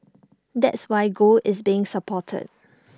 that's why gold is being supported